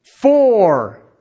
Four